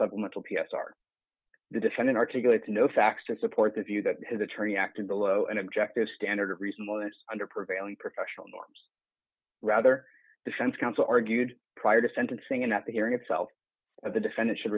supplemental p s r the defendant articulate no facts to support the view that his attorney acted below an objective standard of reasonableness under prevailing professional norms rather defense counsel argued prior to sentencing and at the hearing itself of the defendant should